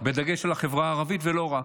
בדגש על החברה הערבית, ולא רק.